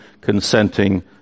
consenting